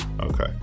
Okay